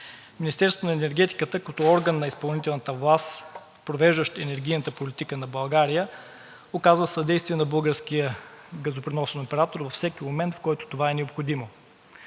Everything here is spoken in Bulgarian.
Министерството на енергетиката като орган на изпълнителната власт, провеждащо енергийната политика на България, оказва съдействие на българския газопреносен оператор във всеки момент, в който това е необходимо.